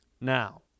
Now